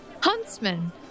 Huntsman